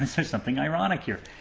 there's something ironic here.